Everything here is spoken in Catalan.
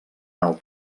alt